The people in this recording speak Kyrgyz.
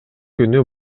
күнү